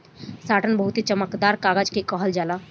satin बहुत चमकदार कागज के कहल जाला